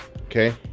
okay